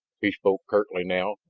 he spoke curtly now.